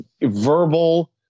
verbal